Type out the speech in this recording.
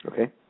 okay